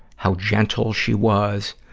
how gentle she was.